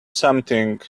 something